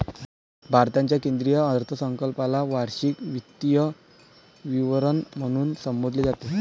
भारताच्या केंद्रीय अर्थसंकल्पाला वार्षिक वित्तीय विवरण म्हणून संबोधले जाते